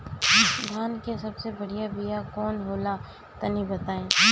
धान के सबसे बढ़िया बिया कौन हो ला तनि बाताई?